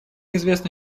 известно